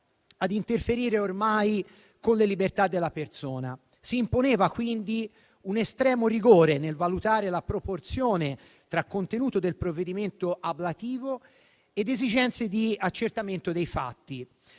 ad interferire con le libertà della persona. Si imponeva quindi un estremo rigore nel valutare la proporzione tra contenuto del provvedimento ablativo ed esigenze di accertamento dei fatti.